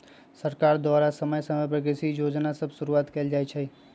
सरकार द्वारा समय समय पर कृषि जोजना सभ शुरुआत कएल जाइ छइ